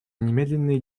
немедленные